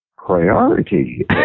priority